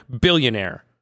billionaire